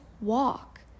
walk